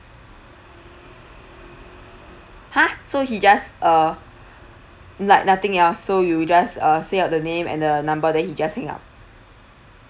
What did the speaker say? !huh! so he just uh like nothing else so you just uh say out the name and the number then he just hang up